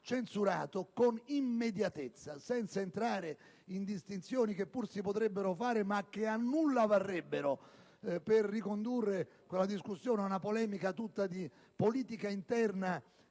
censurato con immediatezza, senza entrare in distinzioni che pur si potrebbero fare - ma che a nulla varrebbero - per ricondurre quella discussione ad una polemica tutta di politica interna